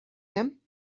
him